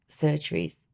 surgeries